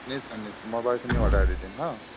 নিশ্চয় নিশ্চয় মই বাৰু সেইখিনি অৰ্ডাৰ দি দিম হা